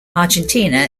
argentina